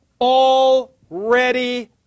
already